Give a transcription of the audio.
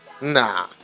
Nah